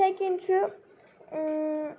یِتھٕے کِنۍ چھُ